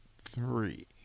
three